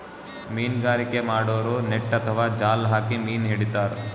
ಮೀನ್ಗಾರಿಕೆ ಮಾಡೋರು ನೆಟ್ಟ್ ಅಥವಾ ಜಾಲ್ ಹಾಕಿ ಮೀನ್ ಹಿಡಿತಾರ್